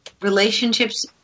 Relationships